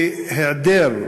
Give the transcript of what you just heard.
בהיעדר,